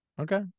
Okay